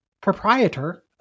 proprietor